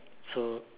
so